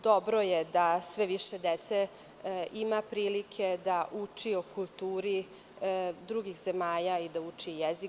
Dobro je da sve više dece ima prilike da uči o kulturi drugih zemalja i da uči jezik.